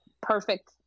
perfect